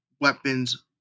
Weapons